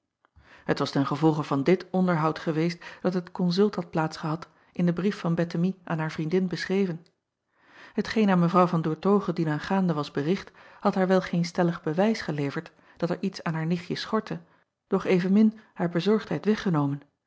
et was ten gevolge van dit onderhoud geweest dat het konsult had plaats gehad in den brief van ettemie aan haar vriendin beschreven etgeen aan w an oertoghe dienaangaande was bericht had haar wel geen stellig bewijs geleverd dat er iets aan haar nichtje schortte doch evenmin haar bezorgdheid weggenomen